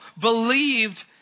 believed